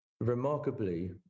remarkably